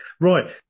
Right